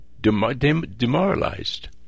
demoralized